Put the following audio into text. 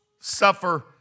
suffer